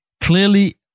Clearly